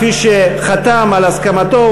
כפי שחתם על הסכמתו,